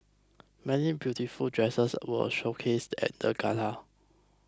many beautiful dresses were showcased at the gala